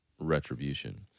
retribution